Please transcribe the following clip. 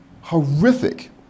horrific